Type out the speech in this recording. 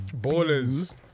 ballers